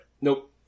Nope